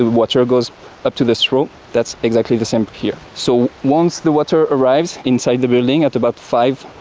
water goes up to the straw, that's exactly the same here. so once the water arrives inside the building at about five,